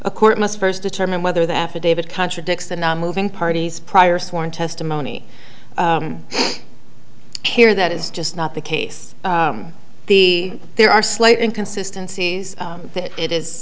a court must first determine whether the affidavit contradicts the nonmoving parties prior sworn testimony here that is just not the case the there are slight inconsistency it is